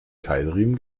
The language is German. keilriemen